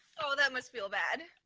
oh that must feel bad.